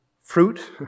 fruit